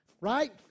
Right